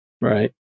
Right